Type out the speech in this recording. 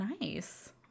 nice